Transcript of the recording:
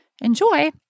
Enjoy